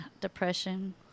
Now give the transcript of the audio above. depression